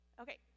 Okay